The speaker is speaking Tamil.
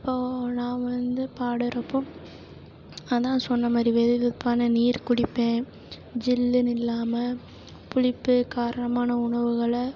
அப்போது நான் வந்து பாடுகிறப்போ அதான் சொன்ன மாதிரி வெது வெதுப்பான நீர் குடிப்பேன் ஜில்லுனு இல்லாமல் புளிப்பு காரமான உணவுகளை